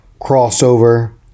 crossover